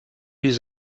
his